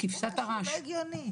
זה פשוט לא הגיוני.